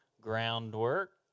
groundwork